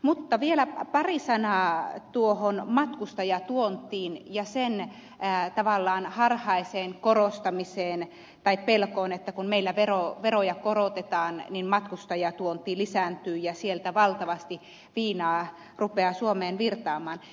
mutta vielä pari sanaa tuohon matkustajatuontiin ja sen tavallaan harhaiseen korostamiseen tai pelkoon että kun meillä veroja korotetaan niin matkustajatuonti lisääntyy ja sieltä valtavasti viinaa rupeaa suomeen virtaamaan